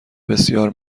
بسیار